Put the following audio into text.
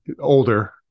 older